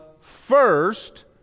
first